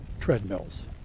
treadmills